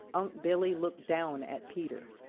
unc' billy looked down at peter.